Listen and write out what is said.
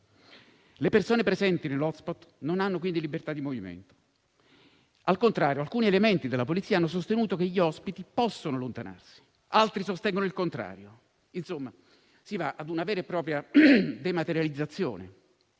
Le persone presenti nell'*hotspot* non hanno quindi libertà di movimento. Al contrario, alcuni elementi della Polizia hanno sostenuto che gli ospiti possono allontanarsi; altri sostengono il contrario. Insomma, si va a una vera e propria dematerializzazione